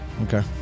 Okay